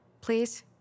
please